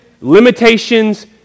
limitations